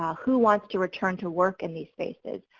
who wants to return to work in these spaces?